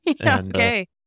okay